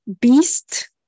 beast